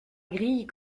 grille